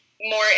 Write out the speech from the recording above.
more